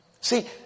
See